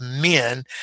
men